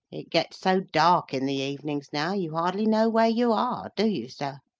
it gets so dark in the evenings, now, you hardly know where you are, do you, sir?